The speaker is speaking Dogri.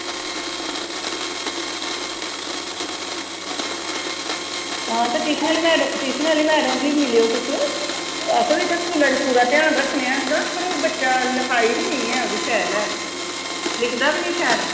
हां ते ट्यूशन आहली मैडम बी मिलेओ तुस अस बी इत्थै स्कूले च पूरा घ्यान रक्खने आं पर बच्चा लिखाई बी नेईं ऐ नुआढ़ी शैल ऐ लिखदा बी नेई शैल